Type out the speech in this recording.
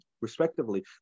respectively